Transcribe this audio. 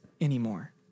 anymore